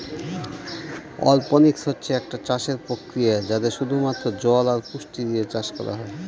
অরপনিক্স হচ্ছে একটা চাষের প্রক্রিয়া যাতে শুধু মাত্র জল আর পুষ্টি দিয়ে চাষ করা হয়